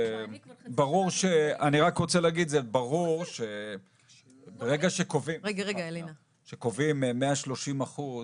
אני רק רוצה להגיד: ברגע שקובעים 130 אחוז,